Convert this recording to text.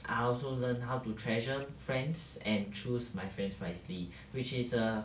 I also learn how to treasure friends and choose my friends wisely which is a